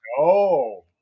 No